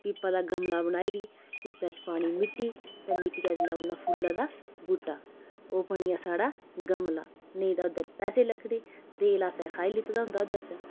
पीपा दा गमला बनाई'री पीपे च पानी मिट्टी ते मिट्टियै च लाउना फुल्ला दा बूह्टा ओह् बनी गेआ साढ़ा गमला नेईं ते ओह्दे उप्पर पैसे लग्गने तेल असें खाई लैते दा ओह्दे चा